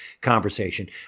conversation